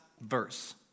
verse